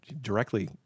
directly